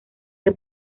que